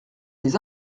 des